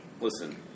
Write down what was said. Listen